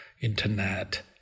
internet